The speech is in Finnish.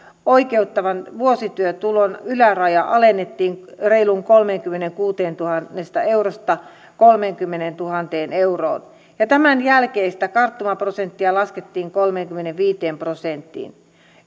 oikeuttavan vuosityötulon yläraja alennettiin reilusta kolmestakymmenestäkuudestatuhannesta eurosta kolmeenkymmeneentuhanteen euroon ja tämän jälkeistä karttumaprosenttia laskettiin kolmeenkymmeneenviiteen prosenttiin